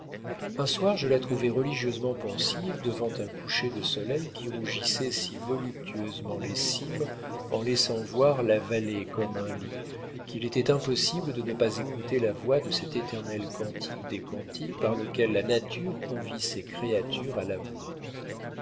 un soir je la trouvai religieusement pensive devant un coucher de soleil qui rougissait si voluptueusement les cimes en laissant voir la vallée comme un lit qu'il était impossible de ne pas écouter la voix de cet éternel cantique des cantiques par lequel la nature convie ses créatures à l'amour